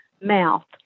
mouth